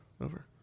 Over